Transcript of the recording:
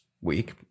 week